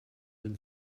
been